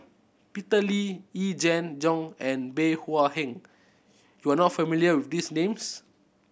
Peter Lee Yee Jenn Jong and Bey Hua Heng you are not familiar with these names